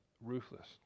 ruthless